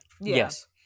Yes